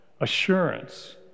assurance